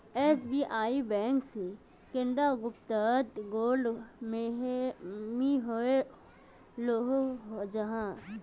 SBI bank से कैडा भागोत मिलोहो जाहा?